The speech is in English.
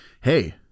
hey